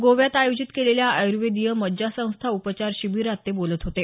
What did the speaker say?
गोव्यात आयोजित केलेल्या आयर्वेदीय मज्जा संस्था उपचार शिबिरात ते बोलत होते